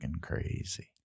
crazy